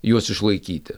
juos išlaikyti